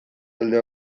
alde